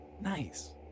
Nice